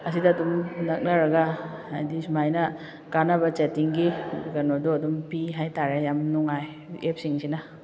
ꯑꯁꯤꯗ ꯑꯗꯨꯝ ꯅꯛꯅꯔꯒ ꯍꯥꯏꯗꯤ ꯁꯨꯃꯥꯏꯅ ꯀꯥꯟꯅꯕ ꯆꯦꯇꯤꯡꯒꯤ ꯀꯩꯅꯣꯗꯣ ꯑꯗꯨꯝ ꯄꯤ ꯍꯥꯏ ꯇꯥꯔꯦ ꯌꯥꯝ ꯅꯨꯡꯉꯥꯏ ꯑꯦꯞꯁꯤꯡꯁꯤꯅ